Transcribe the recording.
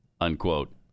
Unquote